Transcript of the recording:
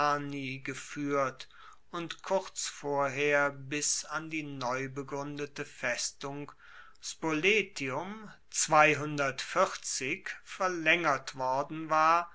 gefuehrt und kurz vorher bis an die neubegruendete festung spoletium verlaengert worden war